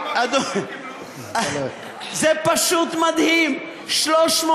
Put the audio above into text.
אלה המיליונים של מפעל הפיס.